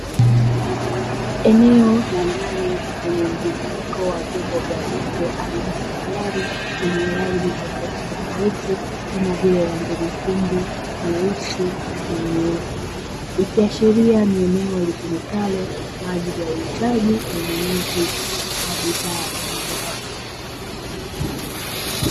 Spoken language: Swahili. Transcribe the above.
Eneo la ndani lenye mjumuiko wa vyombo vya moto aina ya magari yenye rangi tofauti tofauti kama vile rangi nyekundu, nyeusi, na nyeupe ikiashiria ni eneo litumikalo kwa ajili ya uuzaji na ununuzi wa bidhaa ya magari.